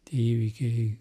tie įvykiai